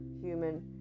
human